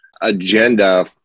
agenda